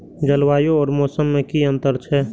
जलवायु और मौसम में कि अंतर छै?